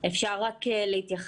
-- אפשר רק להתייחס?